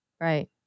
Right